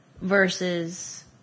versus